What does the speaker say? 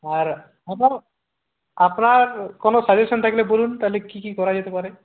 আর আপনার কোনো সাজেশন থাকলে বলুন তাহলে কি কি করা যেতে পারে